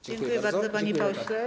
Dziękuję bardzo, panie pośle.